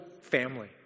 family